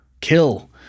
kill